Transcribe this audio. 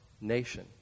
nation